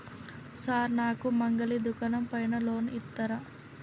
Sir నాకు మంగలి దుకాణం పైన లోన్ ఇత్తరా?